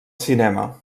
cinema